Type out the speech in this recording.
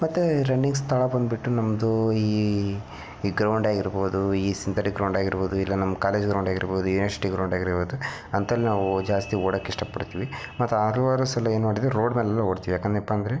ಮತ್ತು ರನ್ನಿಂಗ್ ಸ್ಥಳ ಬಂದುಬಿಟ್ಟು ನಮ್ಮದು ಈ ಈ ಗ್ರೌಂಡ್ ಆಗಿರ್ಬೋದು ಈ ಸಿಂತೆಟಿಕ್ ಗ್ರೌಂಡ್ ಆಗಿರ್ಬೋದು ಇಲ್ಲ ನಮ್ಮ ಕಾಲೇಜ್ ಗ್ರೌಂಡ್ ಆಗಿರ್ಬೋದು ಯೂನಿವರ್ಶಿಟಿ ಗ್ರೌಂಡ್ ಆಗಿರ್ಬೋದು ಅಂಥಲ್ಲಿ ನಾವು ಜಾಸ್ತಿ ಓಡಕ್ಕೆ ಇಷ್ಟಪಡ್ತೀವಿ ಮತ್ತು ಹರ್ವಾರು ಸಲ ಏನು ಮಾಡಿದೀವಿ ರೋಡ್ ಮೇಲೆಲ್ಲ ಓಡ್ತೀವಿ ಯಾಕಂದ್ನಪ್ಪ ಅಂದರೆ